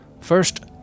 First